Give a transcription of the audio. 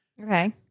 Okay